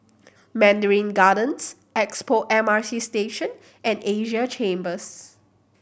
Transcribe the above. Mandarin Gardens Expo M R T Station and Asia Chambers